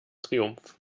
triumph